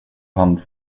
hand